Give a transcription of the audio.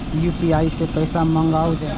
UPI सै पैसा मंगाउल जाय?